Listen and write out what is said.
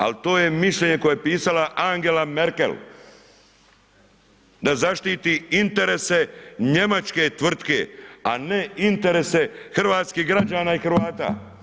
Ali to je mišljenje koje je pisala Angela Merkel da zaštiti interese njemačke tvrtke, a ne interese hrvatskih građana i Hrvata.